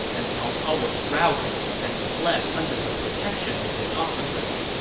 and cao cao was routed and fled under the protection of his officers